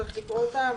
צריך לקרוא אותם?